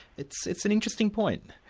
it's it's an interesting point.